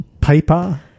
Paper